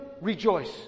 rejoice